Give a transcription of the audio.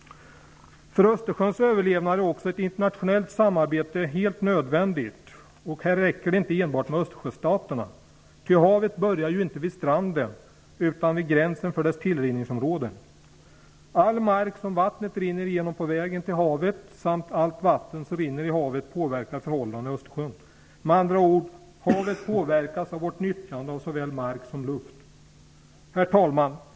För Östersjöns överlevnad är ett internationellt samarbete helt nödvändigt. Här räcker det inte enbart med Östersjöstaterna. Havet börjar ju inte vid stranden utan vid gränsen för dess tillrinningsområde. All mark som vattnet rinner igenom på vägen mot havet och allt vatten som rinner ut i havet påverkar förhållandena i Östersjön. Med andra ord påverkas havet av vårt nyttjande av såväl mark som luft.